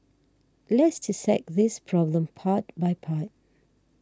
let's dissect this problem part by part